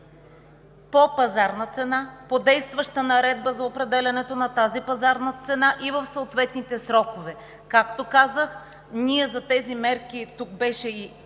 по пазарна цена, по действаща наредба за определянето на тази пазарна цена и в съответните срокове. Както казах, за тези мерки – тук беше и